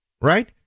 right